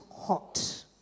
hot